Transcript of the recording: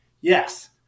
yes